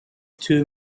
too